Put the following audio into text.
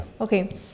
okay